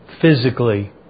physically